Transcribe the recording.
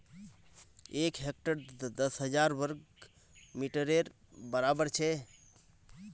एक हेक्टर दस हजार वर्ग मिटरेर बड़ाबर छे